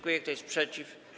Kto jest przeciw?